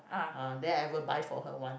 ah then I will buy for her once